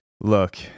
Look